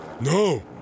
No